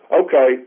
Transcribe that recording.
okay